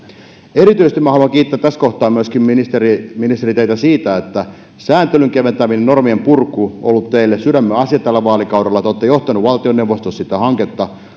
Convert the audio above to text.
minä haluan kiittää tässä kohtaa myöskin ministeri ministeri teitä erityisesti siitä että sääntelyn keventäminen normien purku on ollut teille sydämen asia tällä vaalikaudella te olette johtanut valtioneuvostossa sitä hanketta